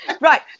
Right